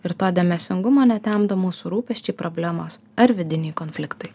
ir to dėmesingumo netemdo mūsų rūpesčiai problemos ar vidiniai konfliktai